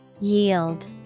Yield